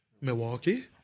Milwaukee